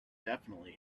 definitely